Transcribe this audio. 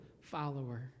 follower